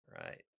Right